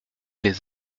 les